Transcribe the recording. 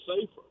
safer